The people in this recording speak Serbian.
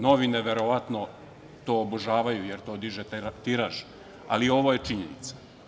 Novine, verovatno, to obožavaju, jer to diže tiraž, ali ovo je činjenica.